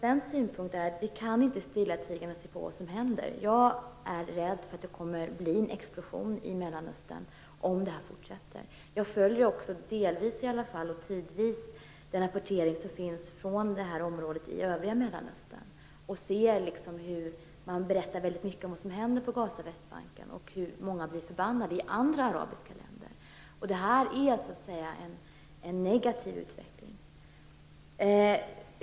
Vi kan inte stillatigande se på vad som händer. Jag är rädd för att det kommer att bli en explosion i Mellanöstern om detta fortsätter. Jag följer delvis och tidvis rapporteringen från övriga Mellanöstern. Där berättas mycket om vad som händer på Västbanken och i Gaza. Många blir arga i andra arabiska länder. Det är en negativ utveckling.